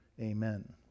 Amen